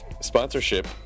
sponsorship